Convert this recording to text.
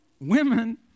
women